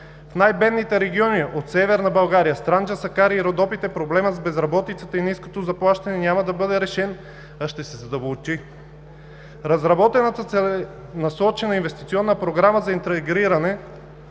В най-бедните региони от Северна България, Странджа Сакар и Родопите проблемът с безработицата и ниското заплащане няма да бъде решен, а ще се задълбочи. Разработената целенасочена Инвестиционна програма за интегриране